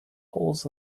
holes